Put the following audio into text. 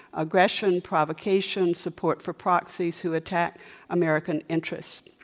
aggression, provocation, support for proxies who attack american interests.